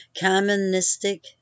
Communistic